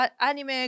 anime